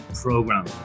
program